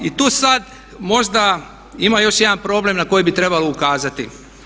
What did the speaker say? I tu sad možda ima još jedan problem na koji bi trebalo ukazati.